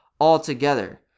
altogether